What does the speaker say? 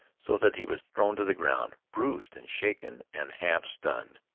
so that he was thrown to the ground, bruised and shaken and half-stunned.